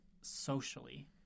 socially